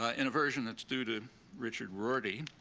ah in a version that's due to richard rorty,